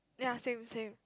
ya same same